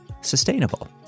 sustainable